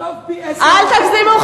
תכתוב פי-עשרה, אל תגזימו.